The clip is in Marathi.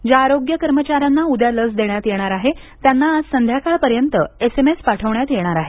ज्या आरोग्य कर्मचाऱ्यांना उद्या लस देण्यात येणार आहे त्यांना आज संध्याकाळ पर्यंत एसएमएस पाठवण्यात येणार आहेत